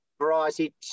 variety